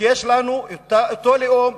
יש לנו אותו לאום,